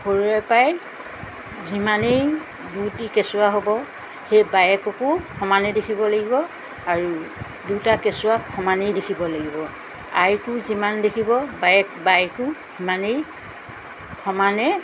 সৰুৰেপৰাই যিমানেই দুটি কেঁচুৱা হ'ব সেই বায়েককো সমানেই দেখিব লাগিব আৰু দুটা কেঁচুৱাক সমানেই দেখিব লাগিব আইটো যিমান দেখিব বায়েক বায়েকো সিমানেই সমানে